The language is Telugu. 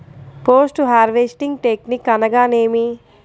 పోస్ట్ హార్వెస్టింగ్ టెక్నిక్ అనగా నేమి?